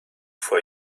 for